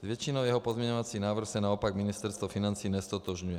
S většinou jeho pozměňovacích návrhů se naopak Ministerstvo financí neztotožňuje.